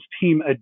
Team